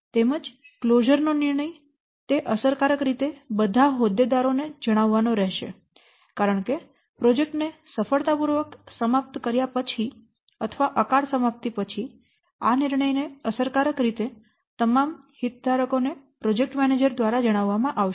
તેમજ ક્લોઝર નો નિર્ણય તે અસરકારક રીતે બધા હોદ્દેદારો ને જણાવવાનો રહેશે કારણ કે પ્રોજેક્ટ ને સફળતાપૂર્વક સમાપ્ત કર્યા પછી અથવા અકાળ સમાપ્તિ પછી આ નિર્ણય ને અસરકારક રીતે તમામ હિતધારકો ને પ્રોજેક્ટ મેનેજર દ્વારા જણાવવામાં આવશે